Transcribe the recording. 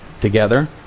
together